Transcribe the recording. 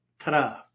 Ta-da